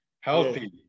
healthy